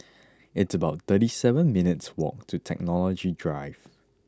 it's about thirty seven minutes' walk to Technology Drive